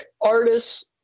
artists